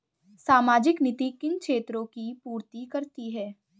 सामाजिक नीति किन क्षेत्रों की पूर्ति करती है?